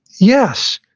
yes,